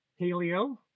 Paleo